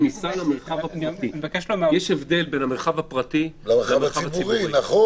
מנגנון הכניסה למרחב הפרטי - יש הבדל בין המרחב הפרטי למרחב הציבורי.